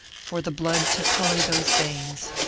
for the blood to color those veins.